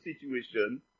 situation